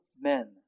men